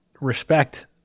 Respect